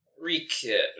re-kit